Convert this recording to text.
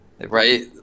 Right